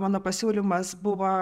mano pasiūlymas buvo